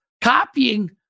copying